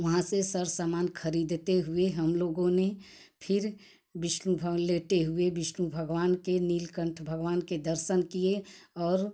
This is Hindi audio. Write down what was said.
वहाँ से सर समान खरीदते हुए हम लोगों ने फिर विष्णु लेटे हुए विष्णु भगवान के नीलकंठ भगवान के दर्शन किए और